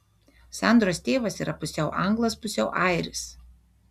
sandros tėvas yra pusiau anglas pusiau airis